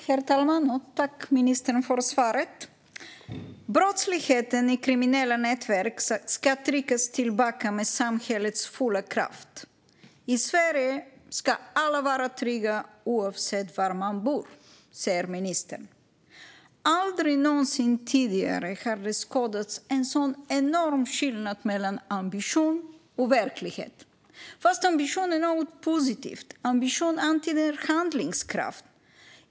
Herr talman! Tack, ministern, för svaret! "Brottsligheten i kriminella nätverk ska tryckas tillbaka med samhällets fulla kraft. I Sverige ska alla vara trygga, oavsett var man bor." Så sa ministern. Aldrig någonsin tidigare har det skådats en sådan enorm skillnad mellan ambition och verklighet. Fast ambition är något positivt. Ambition antyder handlingskraft.